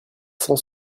cent